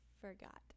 forgot